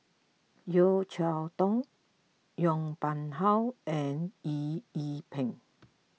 Yeo Cheow Tong Yong Pung How and Eng Yee Peng